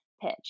pitch